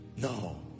No